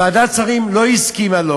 ועדת השרים לא הסכימה לו